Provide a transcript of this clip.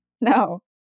No